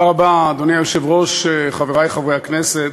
אדוני היושב-ראש, תודה רבה, חברי חברי הכנסת,